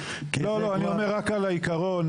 לא, אני אומר רק על העיקרון,